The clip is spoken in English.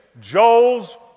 Joel's